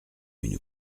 une